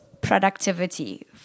productivity